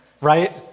right